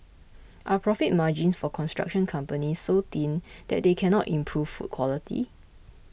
are profit margins for construction companies so thin that they cannot improve food quality